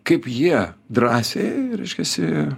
kaip jie drąsiai reiškiasi